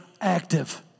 active